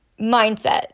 mindset